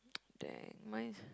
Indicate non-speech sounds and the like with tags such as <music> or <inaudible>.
<noise> dang mine is